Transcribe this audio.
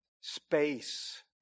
space